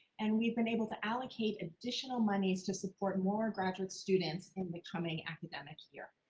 and we've been able to allocate additional monies to support more graduate students in the coming academic year.